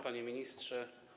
Panie Ministrze!